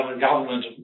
government